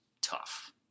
tough